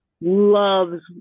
loves